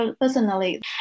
personally